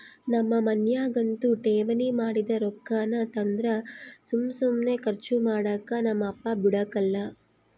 ನಮ್ ಮನ್ಯಾಗಂತೂ ಠೇವಣಿ ಮಾಡಿದ್ ರೊಕ್ಕಾನ ತಂದ್ರ ಸುಮ್ ಸುಮ್ನೆ ಕರ್ಚು ಮಾಡಾಕ ನಮ್ ಅಪ್ಪ ಬುಡಕಲ್ಲ